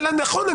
נכון.